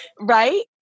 Right